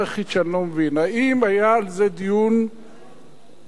האם היה על זה דיון במרכז הליכוד?